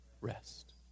Rest